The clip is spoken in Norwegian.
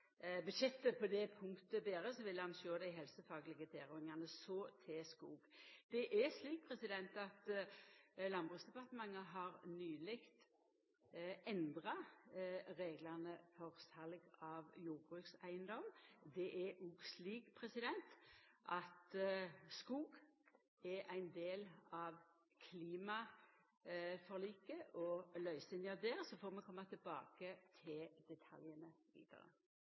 budsjettet på det punktet betre. Da vil han sjå dei helsefaglege tilrådingane. Så til skog. Landbruksdepartementet har nyleg endra reglane for sal av jordbrukseigedom. Skog er òg ein del av klimaforliket og løysinga der. Så får vi koma tilbake til dei vidare detaljane.